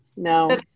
no